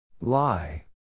Lie